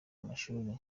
amashuri